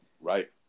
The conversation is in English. Right